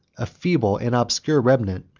a feeble and obscure remnant,